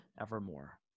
evermore